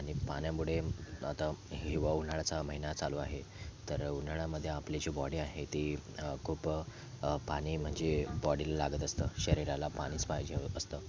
आणि पाण्यामुळे आता हिवा उन्हाळ्याचा महिना चालू आहे तर उन्हाळ्यामध्ये आपली जी बॉडी आहे ती खूप पाणी म्हणजे बॉडीला लागत असतं शरीराला पाणीच पाहिजे असतं